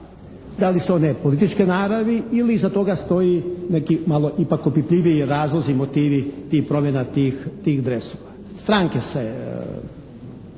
da li su one političke naravi ili iza toga stoji neki malo opipljiviji razlozi i motivi i promjena tih dresova. Stranke se